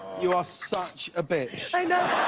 you are such a bitch! i